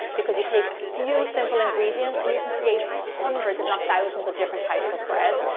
because you take a few simple ingredients and you can create hundreds if not thousands of different types of bread.